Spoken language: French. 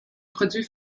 produits